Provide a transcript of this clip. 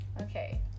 okay